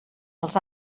els